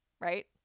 right